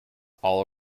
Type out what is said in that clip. all